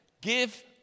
Give